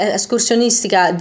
escursionistica